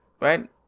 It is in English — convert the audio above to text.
right